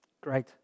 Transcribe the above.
Great